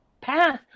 pass